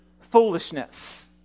foolishness